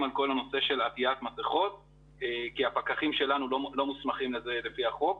על כל הנושא של עטית מסכות כי הפקחים שלנו לא מוסמכים לזה לפי החוק.